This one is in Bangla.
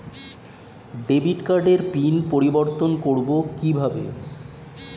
ডেবিট কার্ডের পিন পরিবর্তন করবো কীভাবে?